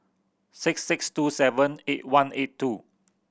six six two seven eight one eight two